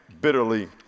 bitterly